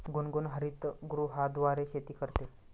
गुनगुन हरितगृहाद्वारे शेती करते